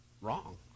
wrong